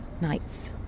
night's